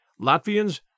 Latvians